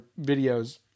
videos